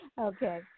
Okay